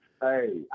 hey